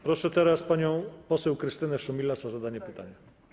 Proszę panią poseł Krystynę Szumilas o zadanie pytania.